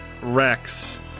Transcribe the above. Rex